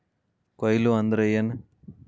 ಕೊಯ್ಲು ಅಂದ್ರ ಏನ್?